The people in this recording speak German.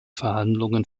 verhandlungen